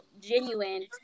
genuine